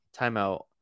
timeout